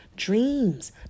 dreams